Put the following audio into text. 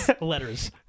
Letters